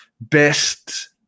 best